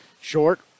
short